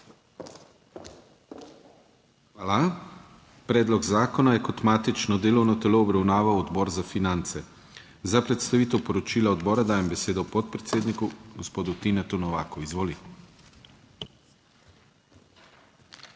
Hvala. Predlog zakona je kot matično delovno telo obravnaval Odbor za finance. Za predstavitev poročila odbora dajem besedo podpredsedniku gospodu Tinetu Novaku. Izvoli. **TINE